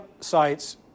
sites